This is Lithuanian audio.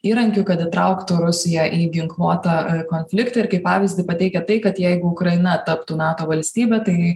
įrankiu kad įtrauktų rusiją į ginkluotą konfliktą ir kaip pavyzdį pateikia tai kad jeigu ukraina taptų nato valstybė tai